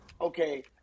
okay